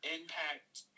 impact